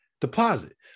deposit